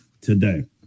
today